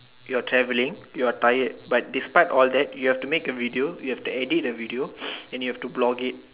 you are traveling you are tired but to despite all that you have to make a video you have to edit the video and you have to blog